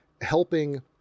helping